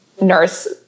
nurse